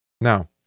Now